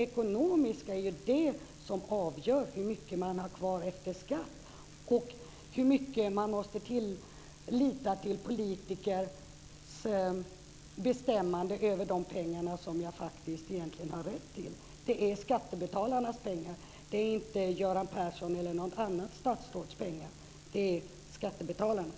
Ekonomin avgörs ju av hur mycket man har kvar efter skatt och hur mycket man måste lita till politikers bestämmande över de pengar som man faktiskt har rätt till. Det är skattebetalarnas pengar. Det är inte Göran Perssons eller något statsråds pengar, utan det är skattebetalarnas.